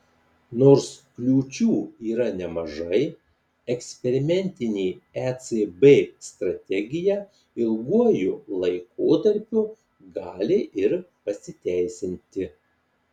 nors kliūčių yra nemažai eksperimentinė ecb strategija ilguoju laikotarpiu gali ir pasiteisinti